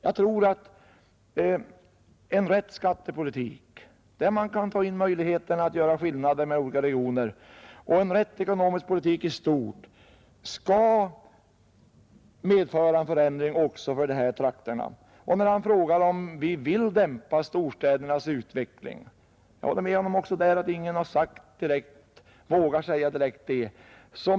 Jag tror att en riktig skattepolitik, som innebar möjligheter att göra skillnader mellan olika regioner, och en riktig ekonomisk politik i stort kunde medföra en förändring också för de här trakterna. Han frågar om vi vill dämpa storstädernas utveckling. Jag håller med honom om att ingen direkt vågar säga detta.